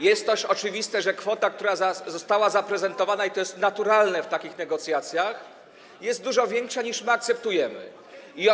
Jest też oczywiste, że kwota, która została zaprezentowana, to jest naturalne w takich negocjacjach, jest dużo większa niż akceptowana przez nas.